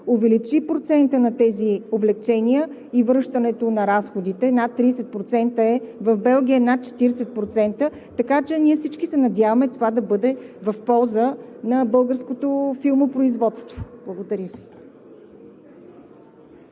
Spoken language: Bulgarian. увеличи тези облекчения и връщането на разходите с над 30%, в Белгия – над 40%, така че всички се надяваме това да бъде в полза на българското филмопроизводство. Благодаря Ви.